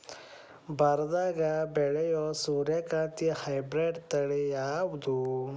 ಬರದಾಗ ಬೆಳೆಯೋ ಸೂರ್ಯಕಾಂತಿ ಹೈಬ್ರಿಡ್ ತಳಿ ಯಾವುದು?